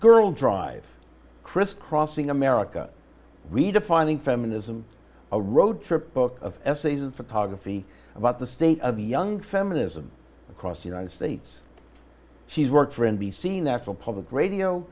girl drive crisscrossing america redefining feminism a road trip book of essays and photography about the state of young feminism across the united states she's worked for n b c national public radio